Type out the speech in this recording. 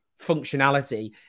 functionality